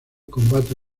combate